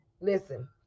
listen